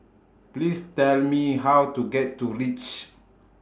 Please Tell Me How to get to REACH